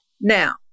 Now